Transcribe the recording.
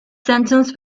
sentence